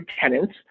tenants